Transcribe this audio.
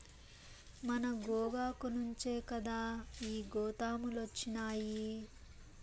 మన గోగాకు నుంచే కదా ఈ గోతాములొచ్చినాయి